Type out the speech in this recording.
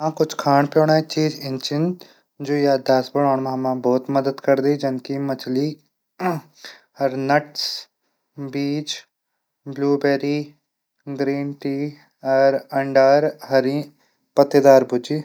हाँ कुछ खाण पीणा चीज इन छिन जू याददाश्त बढाण मा हमरी बहुत मदद करदिन जनकी मछली अर नटटस बीॉटश ब्लूबैरी ग्रीनटी अंडा और हरी पते दार सब्जी।